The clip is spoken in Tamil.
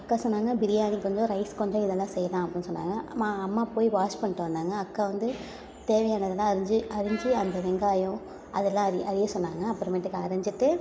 அக்கா சொன்னாங்க பிரியாணி கொஞ்சம் ரைஸ் கொஞ்சம் இதெல்லாம் செய்யலாம் அப்புடின்னு சொன்னாங்க மா அம்மா போய் வாஸ் பண்ணிட்டு வந்தாங்க அக்கா வந்து தேவையானதெலாம் அரிஞ்சு அரிஞ்சு அந்த வெங்காயம் அதெல்லாம் அரிய அரிய சொன்னாங்க அப்புறமேட்டுக்கு அரிஞ்சுட்டு